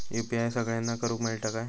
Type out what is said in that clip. UPI सगळ्यांना करुक मेलता काय?